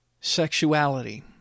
sexuality